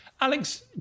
Alex